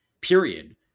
period